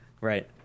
Right